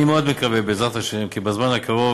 אני מאוד מקווה כי בזמן הקרוב,